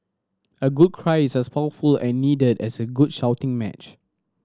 a good cry is as powerful and needed as a good shouting match